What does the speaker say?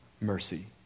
mercy